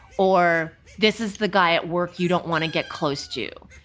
or this is the guy at work you don't want to get close to.